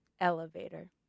Elevator